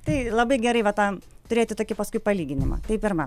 tai labai gerai va tą turėti tokį paskui palyginimą tai pirma